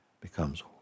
becomes